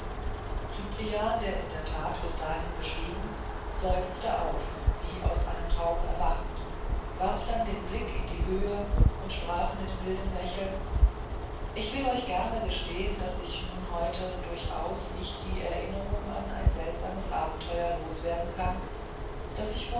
cyprian der in der tat bis dahin geschwiegen seufzte auf wie aus einem traum erwachend warf dann den blick in die höhe und sprach mit mildem lächeln ich will es euch gern gestehen daß ich nun heute durchaus nicht die erinnerung an ein seltsames abenteuer loswerden kann das ich